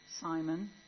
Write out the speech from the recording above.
Simon